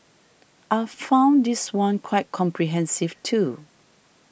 I found this one quite comprehensive too